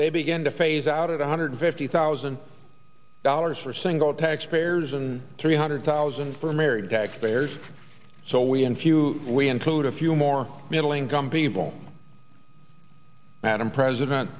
they begin to phase out at one hundred fifty thousand dollars for single taxpayers and three hundred thousand for married taxpayers so we in few we include a few more middle income people madam president